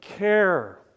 care